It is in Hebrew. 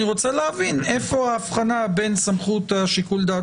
אני רוצה להבין איפה ההבחנה בין סמכות שיקול הדעת